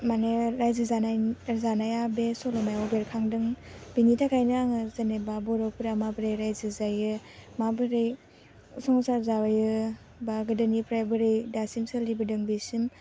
माने रायजो जानाया बे सल'मायाव बेरखांदों बेनि थाखायनो आङो जेनेबा बर'फोरा माबोरै रायजो रायजो जायो माबोरै संसार जायो बा गोदोनिफ्राय बोरै दासिम सोलिबोदों बेसिम